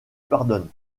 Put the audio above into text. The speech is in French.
pardonne